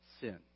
sin